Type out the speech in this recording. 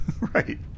Right